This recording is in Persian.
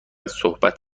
صحبت